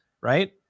right